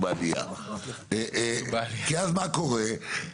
כי אז מה קורה?